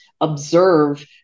observe